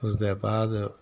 उसदे बाद